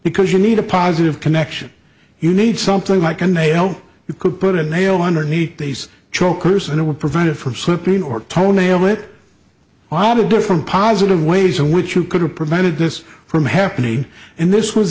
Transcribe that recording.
because you need a positive connection you need something like a nail you could put a nail underneath these jokers and it would prevent it from slipping or toenail it all the different positive ways in which you could have prevented this from happening and this was